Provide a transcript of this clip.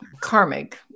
karmic